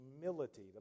humility